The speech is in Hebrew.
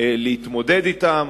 להתמודד אתם.